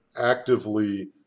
actively